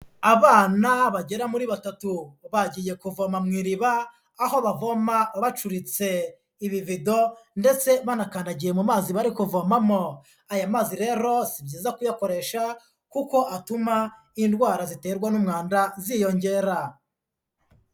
Abana bagera muri batatu bagiye kuvoma mu iriba aho bavoma bacuritse ibivido ndetse banakandagiye mu mazi bari kuvomamo, aya mazi rero si byiza kuyakoresha kuko atuma indwara ziterwa n'umwanda ziyongera.